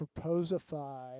Proposify